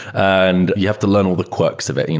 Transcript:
and you have to learn all the quirks of it. you know